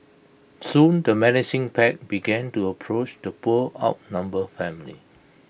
soon the menacing pack began to approach the poor outnumbered family